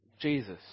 Jesus